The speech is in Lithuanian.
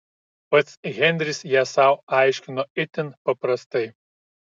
pats henris ją sau aiškino itin paprastai